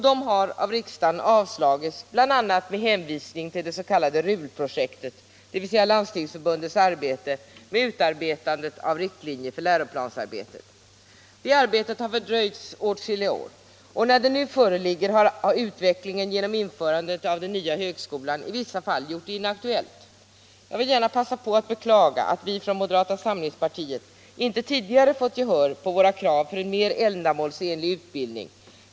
De har avslagits av riksdagen bl.a. med hänvisning till det s.k. RUL projektet, dvs. Landstingsförbundets arbete med utarbetande av riktlinjer Väårdyrkesutbild för läroplansarbetet. Det arbetet har fördröjts åtskilliga år. När resultatet nu föreligger har utvecklingen genom införandet av den nya högskolan i vissa fall gjort det inaktuellt. Jag vill gärna passa på att beklaga att vi från moderata samlingspartiet inte tidigare fått gehör för våra krav på en mer ändamålsenlig utbildning.